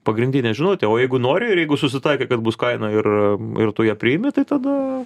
pagrindinė žinutė o jeigu nori ir jeigu susitaikai kad bus kaina ir ir tu ją priimi tai tada